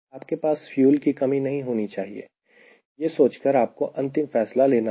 आपके पास फ्यूल की कमी नहीं होनी चाहिए यह सोचकर आपको अंतिम फैसला लेना है